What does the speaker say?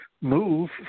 move